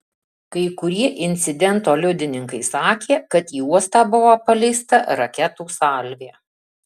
kai kurie incidento liudininkai sakė kad į uostą buvo paleista raketų salvė